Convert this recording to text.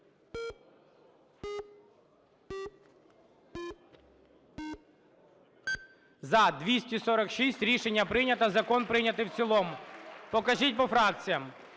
За-246 Рішення прийнято, закон прийнятий в цілому. Покажіть по фракціях.